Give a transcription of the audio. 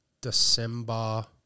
December